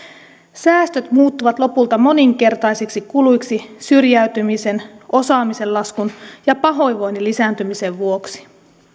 säästöt muuttuvat lopulta moninkertaisiksi kuluiksi syrjäytymisen osaamisen laskun ja pahoinvoinnin lisääntymisen vuoksi